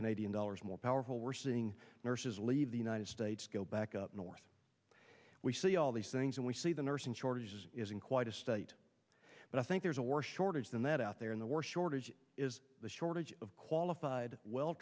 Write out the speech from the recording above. canadian dollars more powerful we're seeing nurses leave the united states go back up north we see all these things and we see the nursing shortage is in quite a state but i think there is a war shortage than that out there in the war shortage is the shortage of qualified well